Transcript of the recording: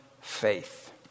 faith